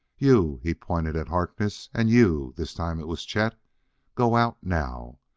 you he pointed at harkness and you this time it was chet go out now.